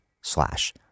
slash